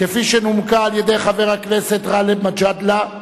כפי שנומקה על-ידי חבר הכנסת גאלב מג'אדלה,